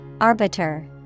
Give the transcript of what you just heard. Arbiter